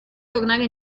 tornare